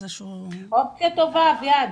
אופציה טובה אביעד